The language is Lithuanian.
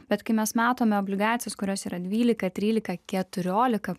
bet kai mes matome obligacijas kurios yra dvylika trylika keturiolika